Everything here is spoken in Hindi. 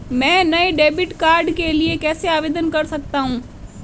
मैं नए डेबिट कार्ड के लिए कैसे आवेदन कर सकता हूँ?